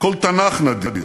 כדי להגיב,